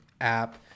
app